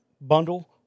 bundle